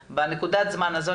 בנקודת זמן הזאת,